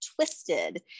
twisted